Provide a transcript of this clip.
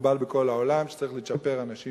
מקובל בכל העולם שצריך לצ'פר אנשי